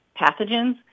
pathogens